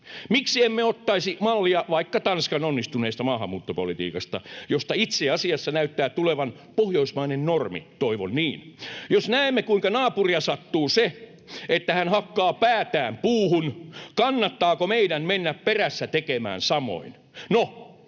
Miksi emme ottaisi mallia vaikka Tanskan onnistuneesta maahanmuuttopolitiikasta, josta itse asiassa näyttää tulevan pohjoismainen normi, toivon niin. Jos näemme, kuinka naapuria sattuu se, että hän hakkaa päätään puuhun, kannattaako meidän mennä perässä tekemään samoin? No,